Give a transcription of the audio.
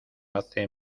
hace